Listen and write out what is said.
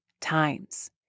times